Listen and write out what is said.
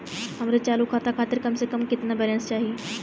हमरे चालू खाता खातिर कम से कम केतना बैलैंस चाही?